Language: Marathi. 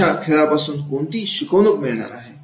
अशा खेळापासून कोणती शिकवणूक मिळणार आहे